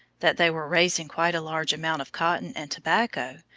that they were raising quite a large amount of cotton and tobacco,